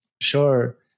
Sure